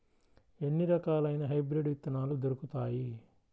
ఎన్ని రకాలయిన హైబ్రిడ్ విత్తనాలు దొరుకుతాయి?